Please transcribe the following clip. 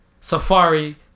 safari